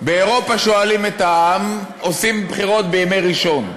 באירופה שואלים את העם, עושים בחירות בימי ראשון.